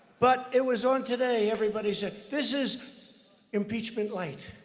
but it was on today, everybody said this is impeachment lite.